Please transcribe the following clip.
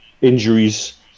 injuries